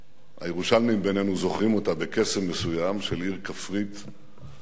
הירושלמים בינינו זוכרים אותה בקסם מסוים של עיר כפרית ואינטימית,